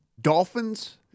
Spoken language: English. Dolphins